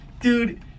Dude